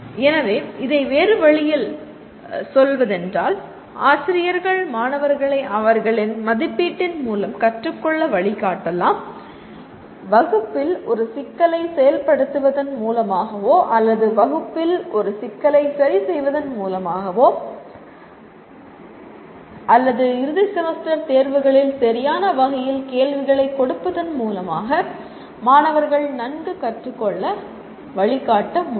எனவே இதை வேறு வழியில் ஆசிரியர்கள் மாணவர்களை அவர்களின் மதிப்பீட்டின் மூலம் கற்றுக்கொள்ள வழிகாட்டலாம் வகுப்பில் ஒரு சிக்கலைச் செயல்படுத்துவதன் மூலமாகவோ அல்லது வகுப்பில் ஒரு சிக்கலைச் சரி செய்வதன் மூலமாகவோ அல்லது இறுதி செமஸ்டர் தேர்வுகளில் சரியான வகையில் கேள்விகளைக் கொடுப்பதன் மூலமாக மாணவர்கள் நன்கு கற்றுக்கொள்ள வழிகாட்ட முடியும்